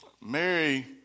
Mary